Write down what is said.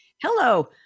Hello